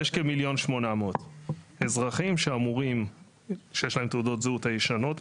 יש כ-1.8 מיליון אזרחים שיש להם תעודות זהות ישנות.